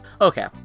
Okay